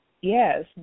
Yes